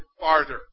farther